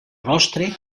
rostre